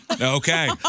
Okay